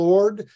Lord